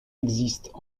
existent